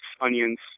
onions